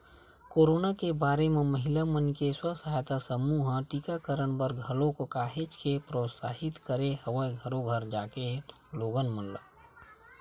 corona के बेरा म महिला मन के स्व सहायता समूह ह टीकाकरन बर घलोक काहेच के प्रोत्साहित करे हवय घरो घर जाके लोगन मन ल